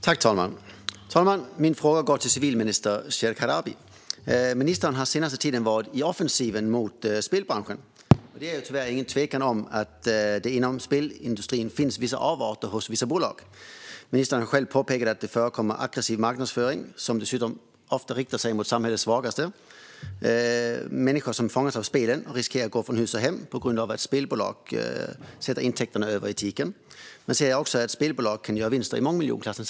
Fru talman! Min fråga går till civilminister Shekarabi. Ministern har den senaste tiden varit på offensiven mot spelbranschen. Det råder tyvärr ingen tvekan om att det inom spelindustrin finns vissa avarter hos en del bolag. Ministern har själv påpekat att det förekommer aggressiv marknadsföring som dessutom ofta riktas mot samhällets svagaste. Människor som fångas av spelandet riskerar att behöva gå från hus och hem på grund av att spelbolag sätter intäkterna högre än etiken. Samtidigt ser vi att spelbolagen kan göra vinster i mångmiljonklassen.